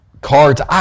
cards